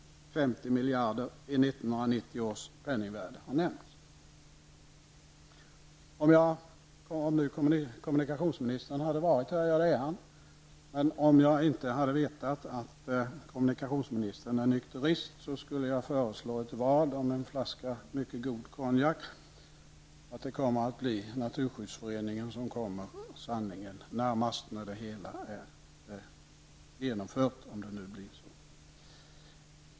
50 miljarder i 1990 års penningvärde har nämnts. Om jag inte hade vetat att kommunikationsministern är nykterist, skulle jag ha föreslagit ett vad om en flaska mycket god konjak att det kommer att bli Naturskyddsföreningen som närmast kommer att få rätt när det hela har genomförts.